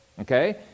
okay